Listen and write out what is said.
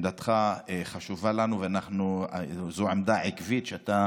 עמדתך חשובה לנו, זו עמדה עקבית שאתה